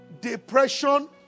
depression